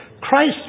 Christ